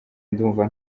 ndumva